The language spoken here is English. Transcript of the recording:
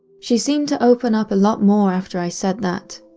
she seemed to open up a lot more after i said that.